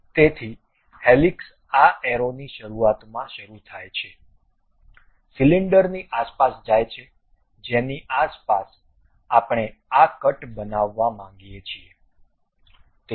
તેથી હેલિક્સ આ એરોની શરૂઆતમાં શરૂ થાય છે સિલિન્ડરની આસપાસ જાય છે જેની આસપાસ આપણે આ કટ બનાવવા માંગીએ છીએ